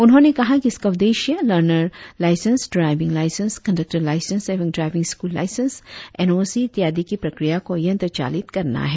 उन्होंने कहा कि इसका उद्देश्य learners licence driving licence conductor licence एवं driving school licence N O C इत्यादि की प्रक्रिया को यंत्रचालित करना है